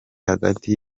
hagati